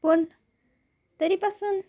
पूण तरी पासून